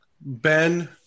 Ben